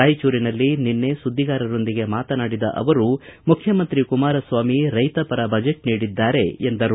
ರಾಯಚೂರಿನಲ್ಲಿ ನಿನ್ನೆ ಸುದ್ನಿಗಾರರೊಂದಿಗೆ ಮಾತನಾಡಿದ ಅವರು ಮುಖ್ಯಮಂತ್ರಿ ಕುಮಾರಸ್ವಾಮಿ ರೈತಪರ ಬಜೆಟ್ ನೀಡಿದ್ದಾರೆ ಎಂದರು